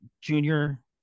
junior